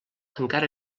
encara